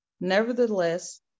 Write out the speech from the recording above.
Nevertheless